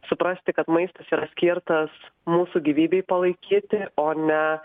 suprasti kad maistas yra skirtas mūsų gyvybei palaikyti o ne